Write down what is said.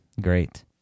great